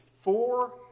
four